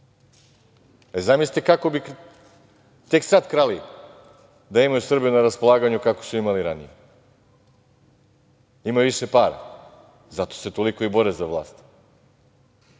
Đilas. Zamislite kako bi tek sad krali da imaju Srbiju na raspolaganju kakvu su imali ranije. Imaju više para, zato se i toliko bore za vlast